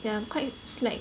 ya quite slack